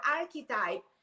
archetype